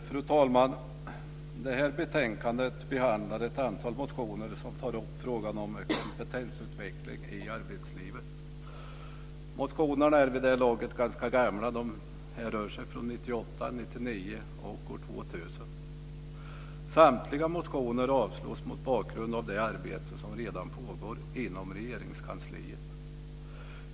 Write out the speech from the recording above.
Fru talman! Det här betänkandet behandlar ett antal motioner som tar upp frågan om kompetensutveckling i arbetslivet. Motionerna är vid det här laget ganska gamla. De härrör sig från 1998, 1999 och 2000. Samtliga motioner avslås mot bakgrund av det arbete som redan pågår inom Regeringskansliet.